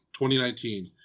2019